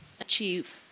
achieve